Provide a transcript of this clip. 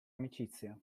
amicizia